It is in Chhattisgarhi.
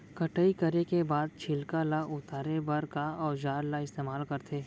कटाई करे के बाद छिलका ल उतारे बर का औजार ल इस्तेमाल करथे?